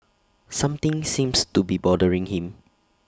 something seems to be bothering him